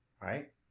Right